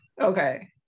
Okay